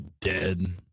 dead